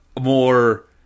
more